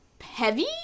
heavy